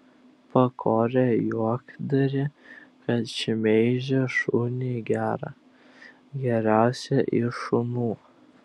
pakorė juokdarį kad šmeižė šunį gerą geriausią iš šunų